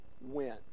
went